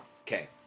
Okay